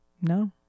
no